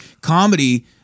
comedy